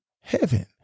heaven